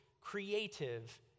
creative